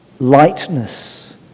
lightness